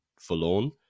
forlorn